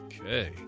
Okay